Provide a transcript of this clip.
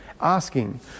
asking